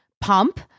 pump